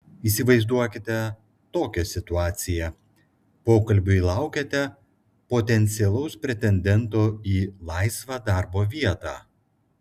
įsivaizduokite tokią situaciją pokalbiui laukiate potencialaus pretendento į laisvą darbo vietą